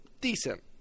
decent